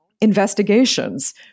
investigations